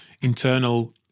internal